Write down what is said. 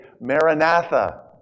Maranatha